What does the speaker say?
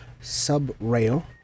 sub-rail